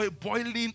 boiling